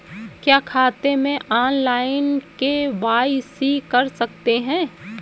क्या खाते में ऑनलाइन के.वाई.सी कर सकते हैं?